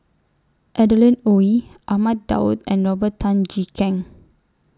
Adeline Ooi Ahmad Daud and Robert Tan Jee Keng